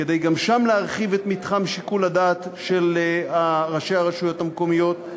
כדי גם שם להרחיב את מתחם שיקול הדעת של ראשי הרשויות המקומיות,